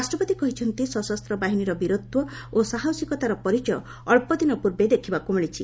ରାଷ୍ଟ୍ରପତି କହିଛନ୍ତି ସଶସ୍ତ ବାହିନୀର ବୀରତ୍ୱ ଓ ସାହସିକତାର ପରିଚୟ ଅଳ୍ପଦିନ ପୂର୍ବେ ଦେଖିବାକୁ ମିଳିଛି